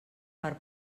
per